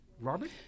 Robert